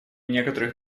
некоторых